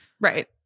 Right